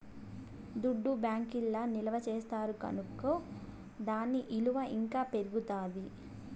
దుడ్డు బ్యాంకీల్ల నిల్వ చేస్తారు కనుకో దాని ఇలువ ఇంకా పెరుగుతాది